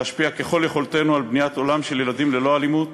להשפיע ככל יכולתנו על בניית עולם של ילדים ללא אלימות,